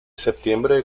septiembre